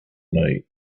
night